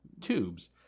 tubes